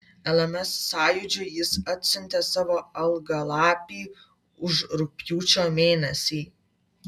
lms sąjūdžiui jis atsiuntė savo algalapį už rugpjūčio mėnesį